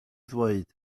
ddweud